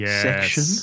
section